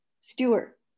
Stewart